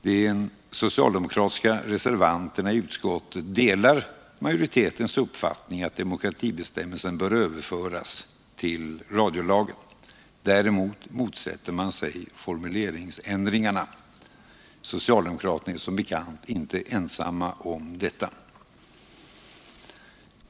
De socialdemokratiska reservanterna i utskottet delar — enligt reservationen 13 — majoritetens uppfattning att demokratibestämmelsen bör överföras till radiolagen. Däremot motsätter man sig formuleringsändringarna. Socialdemokraterna är som bekant inte ensamma om detta.